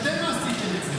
אתם עשיתם את זה.